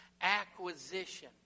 Acquisition